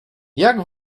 jak